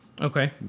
Okay